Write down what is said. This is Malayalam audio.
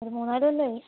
ഒരു മൂന്നാലുകൊല്ലമായി